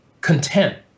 content